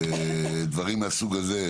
דברים מהסוג הזה,